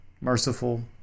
merciful